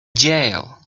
jail